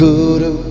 Guru